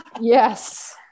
Yes